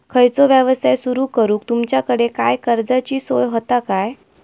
खयचो यवसाय सुरू करूक तुमच्याकडे काय कर्जाची सोय होता काय?